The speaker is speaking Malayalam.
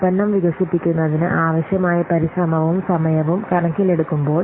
ഉൽപ്പന്നം വികസിപ്പിക്കുന്നതിന് ആവശ്യമായ പരിശ്രമവും സമയവും കണക്കിലെടുക്കുമ്പോൾ